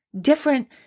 Different